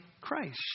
Christ